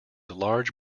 large